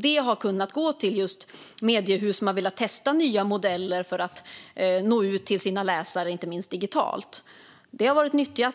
Det har kunnat gå till just mediehus som har velat testa nya modeller för att nå ut till sina läsare inte minst digitalt. Det har varit nyttjat.